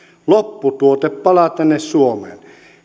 lopputuote palaa tänne suomeen